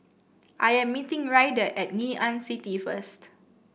I am meeting Ryder at Ngee Ann City first